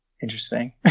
Interesting